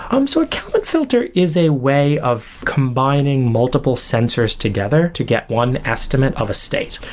um so a kalman filter is a way of combining multiple sensors together to get one estimate of a state.